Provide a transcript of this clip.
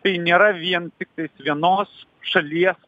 tai nėra vien tiktais vienos šalies